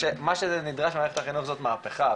זה שמה שנדרש ממערכת החינוך זאת מהפיכה.